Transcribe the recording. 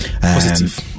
positive